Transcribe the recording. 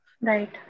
Right